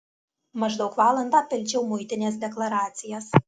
maždaug valandą pildžiau muitinės deklaracijas